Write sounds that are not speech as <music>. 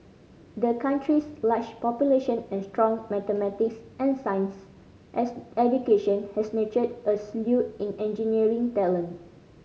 the country's large population and strong mathematics and science <unintelligible> education has nurtured a slew in engineering talent